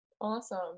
Awesome